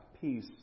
peace